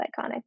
iconic